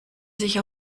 sich